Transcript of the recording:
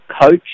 coach